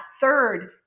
third